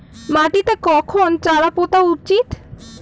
মাটিতে কখন চারা পোতা উচিৎ?